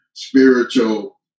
Spiritual